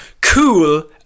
Cool